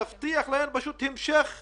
פנינו, כתבנו, דיברנו עם משרד